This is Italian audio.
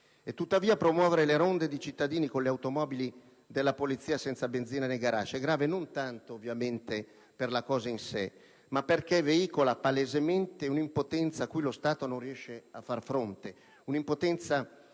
E tuttavia promuovere le ronde di cittadini, con le automobili della polizia senza benzina nei garage, è grave non tanto ovviamente per la cosa in sé, ma perché veicola palesemente un'impotenza cui lo Stato non riesce a far fronte: un'impotenza